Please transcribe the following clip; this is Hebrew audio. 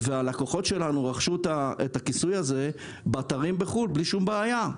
והלקוחות שלנו רכשו אותו שם בלי בעיה.